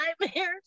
nightmares